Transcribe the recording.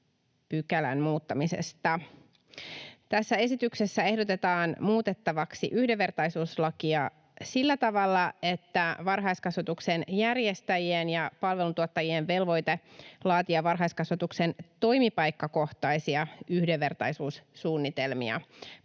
6 a §:n muuttamisesta. Tässä esityksessä ehdotetaan muutettavaksi yhdenvertaisuuslakia sillä tavalla, että varhaiskasvatuksen järjestäjien ja palveluntuottajien velvoite laatia varhaiskasvatuksen toimipaikkakohtaisia yhdenvertaisuussuunnitelmia